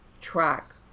track